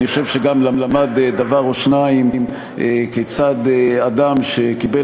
אני חושב שגם למד דבר או שניים כיצד אדם שקיבל